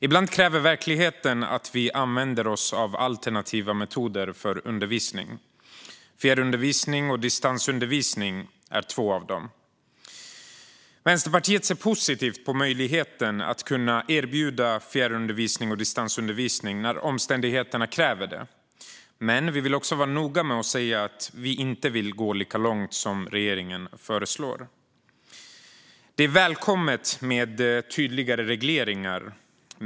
Ibland kräver verkligheten att vi använder oss av alternativa metoder för undervisning. Fjärrundervisning och distansundervisning är två av dem. Vänsterpartiet ser positivt på möjligheten att erbjuda fjärrundervisning och distansundervisning när omständigheterna kräver det. Men vi vill vara noga med att säga att vi inte vill gå lika långt som regeringen föreslår. Det är välkommet med tydligare regleringar.